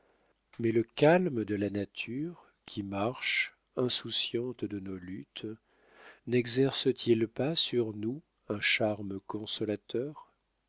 mais le calme de la nature qui marche insouciante de nos luttes nexerce t il pas sur nous un charme consolateur